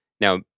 Now